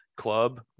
club